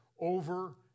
over